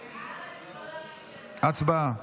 הצבעה.